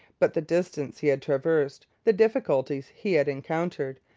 but the distance he had traversed, the difficulties he had encountered,